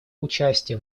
участия